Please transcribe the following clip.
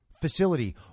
facility